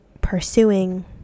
pursuing